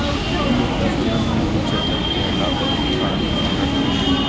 ई एकटा स्वतंत्र, निजी क्षेत्रक गैर लाभकारी संगठन छियै